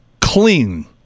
clean